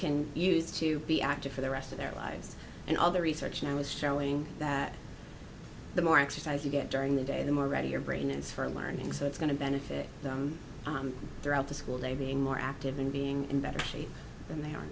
can use to be active for the rest of their lives and all the research now is showing that the more exercise you get during the day the more ready your brain is for learning so it's going to benefit throughout the school day being more active and being in better shape than they are